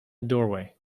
doorway